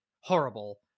horrible